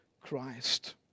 Christ